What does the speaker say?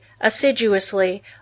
assiduously